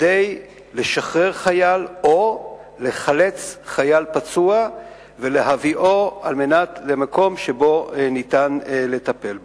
כדי לשחרר חייל או לחלץ חייל פצוע ולהביאו למקום שבו אפשר לטפל בו.